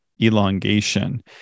elongation